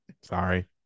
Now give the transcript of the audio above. Sorry